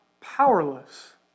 powerless